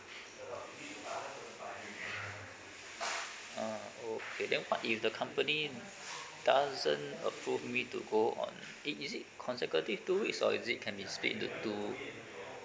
ah okay then what if the company doesn't approve me to go on eh is it consecutive two weeks or is it can be split into two